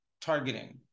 targeting